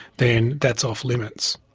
then that's off limits.